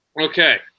Okay